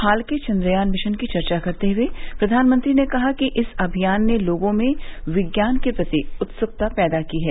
हाल के चंद्रयान मिशन की चर्चा करते हुए प्रधानमंत्री ने कहा कि इस अभियान ने लोगों में विज्ञान के प्रति उत्सुकता पैदा की है